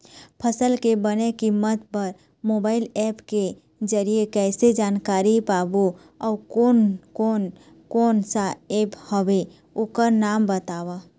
फसल के बने कीमत बर मोबाइल ऐप के जरिए कैसे जानकारी पाबो अउ कोन कौन कोन सा ऐप हवे ओकर नाम बताव?